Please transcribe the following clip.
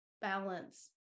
balance